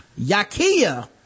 Yakia